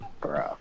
bro